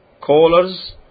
callers